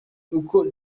uko